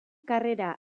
karrera